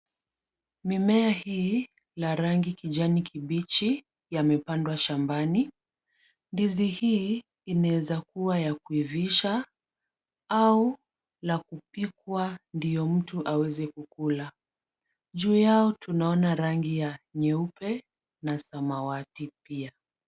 Mimea hii la rangi kijani kibichi yamepandwa shambani. Ndizi hii inaweza kuwa ya kuivisha au la kupikwa ndio mtu aweze kukula. Juu yao tunaona rangi ya nyeupe na samawati pia.